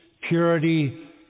purity